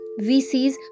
VCs